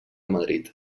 madrid